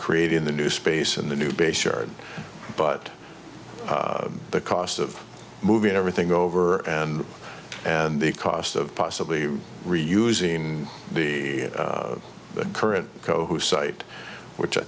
creating the new space and the new base shared but the cost of moving everything over and and the cost of possibly reusing the current co who site which i